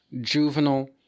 juvenile